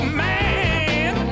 man